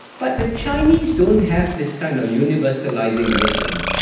but the chinese don't have this kind of universalizing mission.